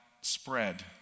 spread